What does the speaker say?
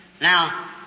Now